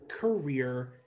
career